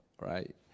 right